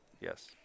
Yes